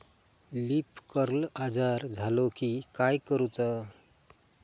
Leaf curl आजार झालो की काय करूच?